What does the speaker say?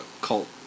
cult